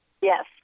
Yes